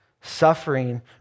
Suffering